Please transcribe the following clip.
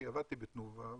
כי עבדתי בתנובה,